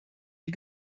die